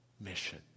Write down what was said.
mission